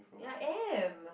I am